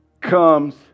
comes